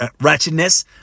wretchedness